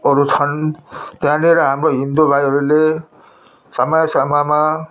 अरू छन् त्यहाँनिर हाम्रो हिन्दू भाइहरूले समय समयमा